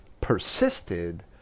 persisted